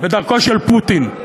בדרכו של פוטין.